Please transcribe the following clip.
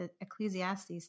Ecclesiastes